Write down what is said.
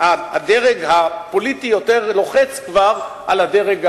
שהדרג הפוליטי לוחץ כבר יותר על הדרג,